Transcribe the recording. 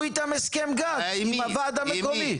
אז תחתמו הסכם גג עם הוועד המקומי,